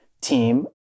team